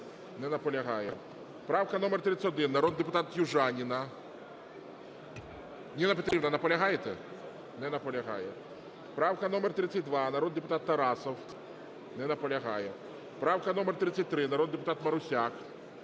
Не наполягає. Правка номер 31, народний депутат Южаніна. Ніна Петрівна, наполягаєте? Не наполягає. Правка номер 32, народний депутат Тарасов. Не наполягає. Правка номер 33, народний депутат Марусяк.